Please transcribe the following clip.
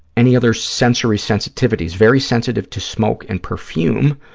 any other sensory sensitivities? very sensitive to smoke and perfume.